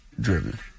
driven